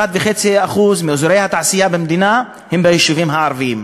1.5% מאזורי התעשייה במדינה הם ביישובים הערביים.